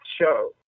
Show